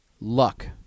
luck